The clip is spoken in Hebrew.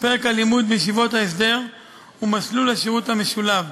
פרק הלימוד בישיבות ההסדר ומסלול השירות המשולב.